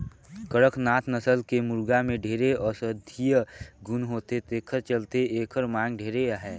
कड़कनाथ नसल के मुरगा में ढेरे औसधीय गुन होथे तेखर चलते एखर मांग ढेरे अहे